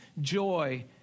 joy